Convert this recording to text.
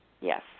Yes